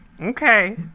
Okay